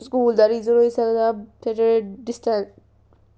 school दा reason होई सकदा ते डिस्टेंस